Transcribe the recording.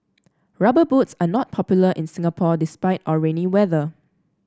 rubber boots are not popular in Singapore despite our rainy weather